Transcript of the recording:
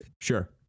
sure